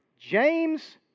James